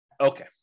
Okay